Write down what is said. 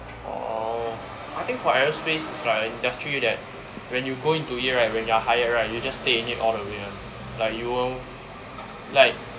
orh I think for aerospace it's like an industry that when you go into in right when you're hired right you just stay in it all the way [one] like you won't like